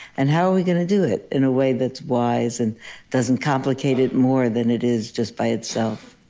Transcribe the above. and how are we going to do it in a way that's wise and doesn't complicate it more than it is just by itself?